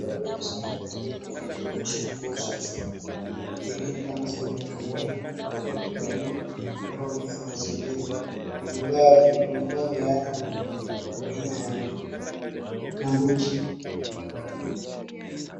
Inaonekana nikama dalili ya shughuli ya usafi pengine kama sehemu ya kampuni au kijamii au wa mazingira, wamevaa viatu kwa aina ya gumboots .